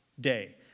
day